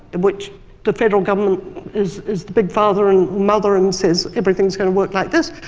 in which the federal government is is the big father and mother and says everything's going to work like this,